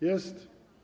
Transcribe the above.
Jest?